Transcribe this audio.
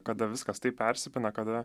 kada viskas taip persipina kada